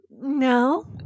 No